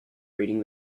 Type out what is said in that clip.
reading